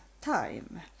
time